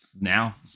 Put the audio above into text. now